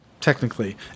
technically